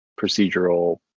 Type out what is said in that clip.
procedural